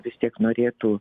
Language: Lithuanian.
vis tiek norėtų